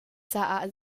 caah